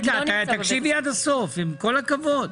רגע, תקשיבי עד הסוף, עם כל הכבוד.